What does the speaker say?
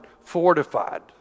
fortified